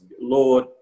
Lord